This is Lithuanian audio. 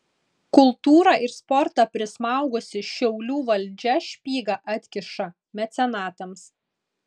kultūrą ir sportą prismaugusi šiaulių valdžia špygą atkiša mecenatams